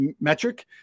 metric